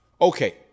Okay